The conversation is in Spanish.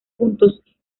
puntos